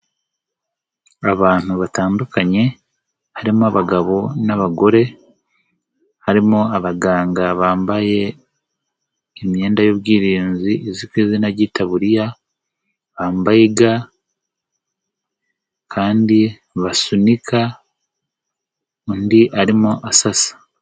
Abantu batandukanye, harimo abagabo n'abagore, harimo abaganga bambaye imyenda y'ubwirinzi, izwi ku izina ry'itaburiya bambaye ga kandi basunika, undi arimo asasa.